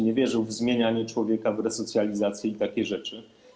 Nie wierzył w zmienianie człowieka, w resocjalizację i takie rzeczy.